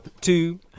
two